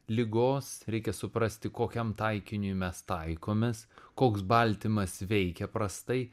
ligos reikia suprasti kokiam taikiniui mes taikomės koks baltymas veikia prastai